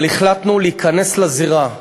אבל החלטנו להיכנס לזירה,